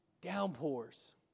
Downpours